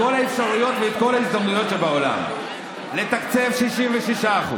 כל האפשרויות וכל ההזדמנויות שבעולם לתקצב 66%,